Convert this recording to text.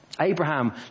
Abraham